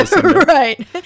Right